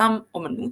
מלאכתם אומנות,